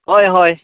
हय हय